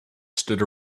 stood